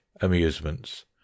amusements